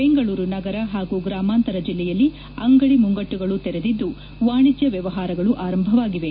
ಬೆಂಗಳೂರು ನಗರ ಹಾಗೂ ಗ್ರಾಮಾಂತರ ಜಿಲ್ಲೆಯಲ್ಲಿ ಅಂಗದಿ ಮುಗ್ಗಟ್ಟುಗಳು ತೆರೆದಿದ್ದುವಾಣಿಜ್ಯ ವ್ಯವಹಾರಗಳು ಆರಂಭವಾಗಿವೆ